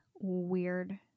weird